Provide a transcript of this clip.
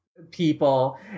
People